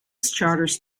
charters